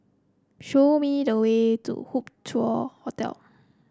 show me the way to Hup Chow Hotel